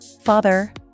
Father